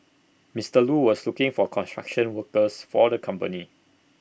Mister Lu was looking for construction workers for the company